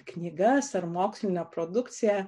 knygas ar mokslinę produkciją